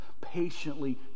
patiently